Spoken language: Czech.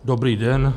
Dobrý den.